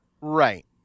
Right